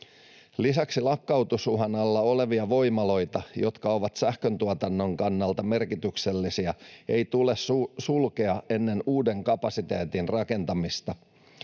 Lisäksi lakkautusuhan alla olevia voimaloita, jotka ovat sähköntuotannon kannalta merkityksellisiä, ei tule sulkea ennen uuden kapasiteetin rakentamista.